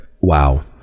Wow